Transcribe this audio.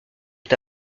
est